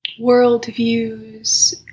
worldviews